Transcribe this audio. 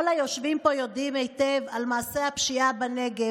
כל היושבים פה יודעים היטב על מעשי הפשיעה בנגב,